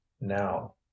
now